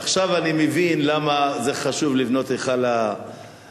עכשיו אני מבין למה חשוב לבנות את היכל התנ"ך,